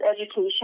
education